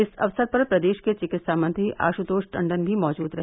इस अवसर पर प्रदेश के चिकित्सा मंत्री आशुतोष टण्डन भी मौजूद रहे